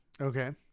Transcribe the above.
Okay